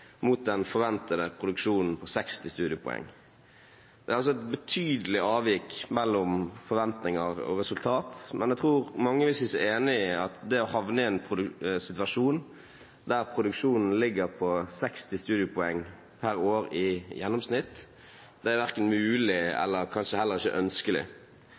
Det er altså et betydelig avvik mellom forventninger og resultat, men jeg tror mange vil si seg enig i at det å havne i en situasjon der produksjonen ligger på 60 studiepoeng per år i gjennomsnitt, er verken mulig eller kanskje heller ikke ønskelig.